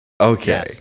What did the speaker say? Okay